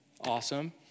awesome